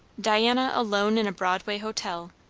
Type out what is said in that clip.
diana alone in a broadway hotel,